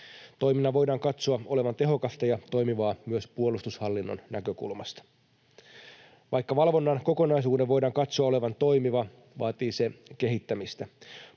Toiminnan voidaan katsoa olevan tehokasta ja toimivaa myös puolustushallinnon näkökulmasta. Vaikka valvonnan kokonaisuuden voidaan katsoa olevan toimiva, vaatii se kehittämistä.